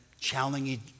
challenging